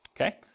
okay